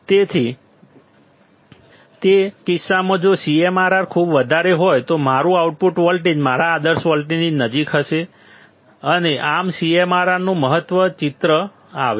તેથી તે કિસ્સામાં જો CMRR ખૂબ વધારે હોય તો મારું આઉટપુટ વોલ્ટેજ મારા આદર્શ વોલ્ટેજની નજીક હશે અને આમ CMRR નું મહત્વ ચિત્રમાં આવે છે